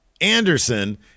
Anderson